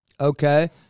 Okay